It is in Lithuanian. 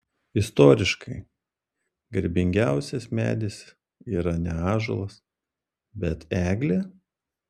istoriškai garbingiausias medis yra ne ąžuolas bet eglė